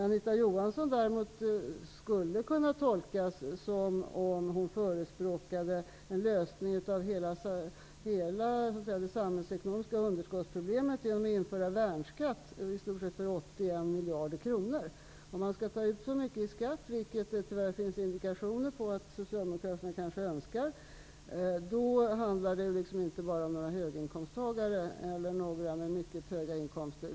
Anita Johanssons inlägg skulle däremot kunna tolkas som om hon förespråkade att man skulle kunna lösa hela det samhällsekonomiska underskottsproblemet genom att införa värnskatt på 81 miljarder kronor. Om man skall ta ut så mycket i skatt -- vilket det tyvärr finns indikationer på att Socialdemokraterna kanske önskar -- handlar det inte bara om några höginkomsttagare.